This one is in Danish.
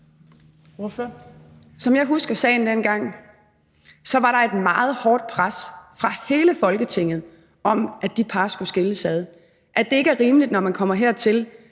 Som jeg husker sagen dengang, var der et meget hårdt pres fra hele Folketinget, i forhold til at de par skulle skilles ad, fordi det ikke er rimeligt, at man som mindreårig,